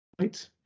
right